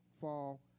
fall